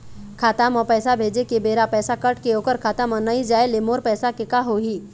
खाता म पैसा भेजे के बेरा पैसा कट के ओकर खाता म नई जाय ले मोर पैसा के का होही?